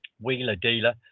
wheeler-dealer